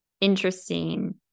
interesting